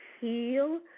heal